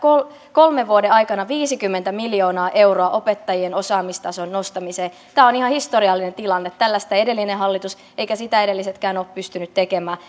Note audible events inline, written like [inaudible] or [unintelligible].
kolmen vuoden aikana viisikymmentä miljoonaa euroa opettajien osaamistason nostamiseen tämä on ihan historiallinen tilanne tällaista ei edellinen hallitus eivätkä sitä edellisetkään ole pystyneet tekemään [unintelligible]